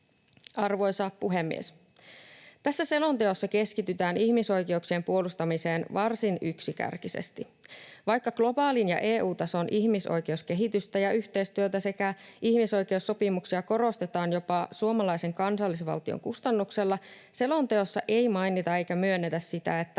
Arvoisa puhemies! Tässä selonteossa keskitytään ihmisoikeuksien puolustamiseen varsin yksikärkisesti. Vaikka globaalin ja EU-tason ihmisoikeuskehitystä ja yhteistyötä sekä ihmisoikeussopimuksia korostetaan jopa suomalaisen kansallisvaltion kustannuksella, selonteossa ei mainita eikä myönnetä sitä, että